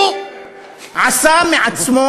הוא גבר גבר,